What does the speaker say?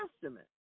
testament